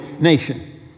nation